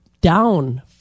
down